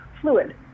fluid